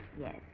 Yes